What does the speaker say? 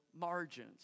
margins